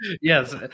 yes